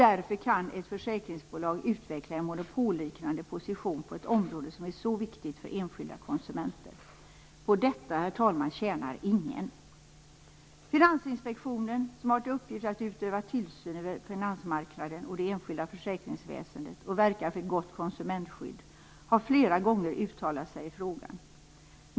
Därför kan ett försäkringsbolag utveckla en monopolliknande position på ett område som är så viktigt för enskilda konsumenter. På detta tjänar ingen. Finansinspektionen, som har till uppgift att utöva tillsyn över finansmarknaden och det enskilda försäkringsväsendet och verka för ett gott konsumentskydd, har flera gånger uttalat sig i frågan.